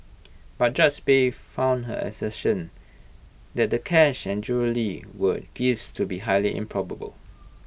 but judge bay found her assertion that the cash and jewellery were gifts to be highly improbable